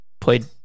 played